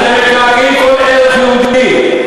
אתם מקעקעים כל ערך יהודי,